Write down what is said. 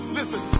Listen